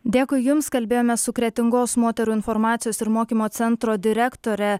dėkui jums kalbėjome su kretingos moterų informacijos ir mokymo centro direktore